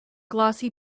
glossy